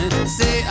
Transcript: Say